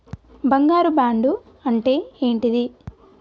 బంగారు బాండు అంటే ఏంటిది?